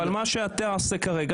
אבל מה שאתה עושה כרגע,